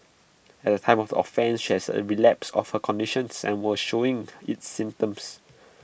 at the time of offence she has A relapse of her conditions and was showing its symptoms